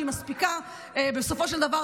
שהיא מספיקה בסופו של דבר,